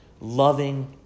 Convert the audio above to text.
loving